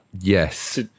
Yes